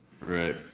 Right